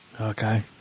Okay